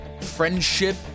friendship